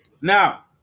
Now